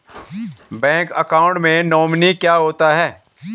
Bank account में nominee क्या होता है?